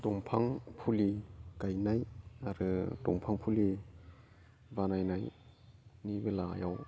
दंफां फुलि गायनाय आरो दंफां फुलि बानायनायनि बेलायाव